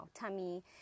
tummy